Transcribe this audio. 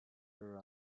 her